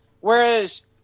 whereas